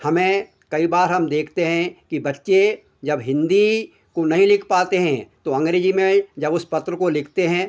हमें कई बार हम देखते हैं कि बच्चे जब हिन्दी को नहीं लिख पाते हैं तो अंग्रेज़ी में जब उस पत्र को लिखते हैं